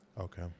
Okay